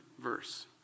verse